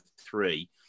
three